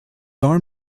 arm